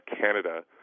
Canada